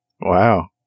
Wow